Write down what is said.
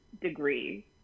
degree